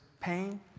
pain